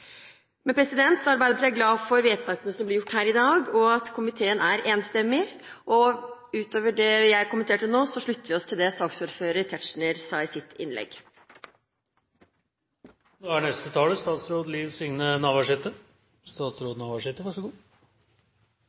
Arbeiderpartiet er glad for vedtaket som blir gjort her i dag, og for at komiteen er enstemmig. Utover det jeg nå har kommentert, slutter vi oss til det saksordfører Tetzschner sa i sitt